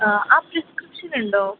ആ ആ പ്രിസ്ക്രിപ്ഷൻ ഉണ്ടോ